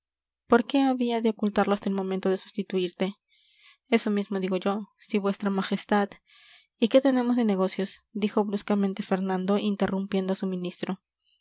por qué había de ocultarlo hasta el momento de sustituirte eso mismo digo yo si vuestra majestad y qué tenemos de negocios dijo bruscamente fernando interrumpiendo a su ministro